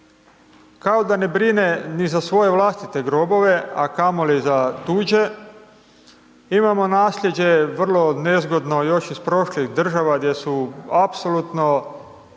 kao da ne brine ni za svoje vlastite grobove, a kamoli za tuđe, imamo nasljeđe vrlo nezgodno još iz prošlih država gdje su apsolutno